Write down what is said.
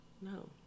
no